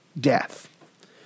death